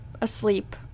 asleep